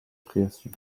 création